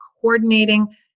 coordinating